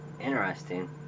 Interesting